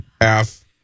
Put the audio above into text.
Half